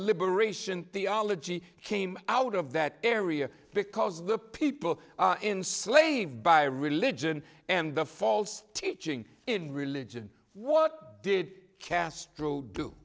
liberation theology came out of that area because the people in slave by religion and the false teaching in religion what did castro do